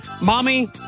Mommy